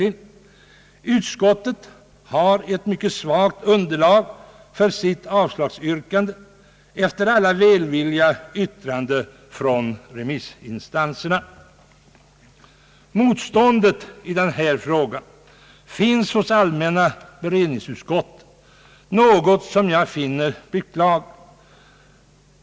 Utskottet har ett mycket svagt underlag för sitt avslagsyrkande efter alla välvilliga yttranden från remissinstanserna. Motståndet i den här frågan finns hos allmänna beredningsutskottet, något som jag anser beklagligt.